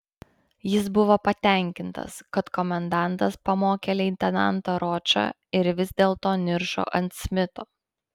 jis buvo patenkintas kad komendantas pamokė leitenantą ročą ir vis dėlto niršo ant smito